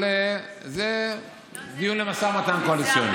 אבל זה דיון למשא ומתן קואליציוני.